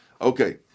Okay